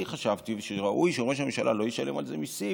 אני חשבתי שראוי שראש הממשלה לא ישלם על זה מיסים,